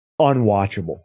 unwatchable